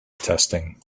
testing